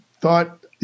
thought